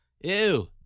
Ew